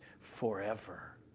forever